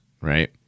right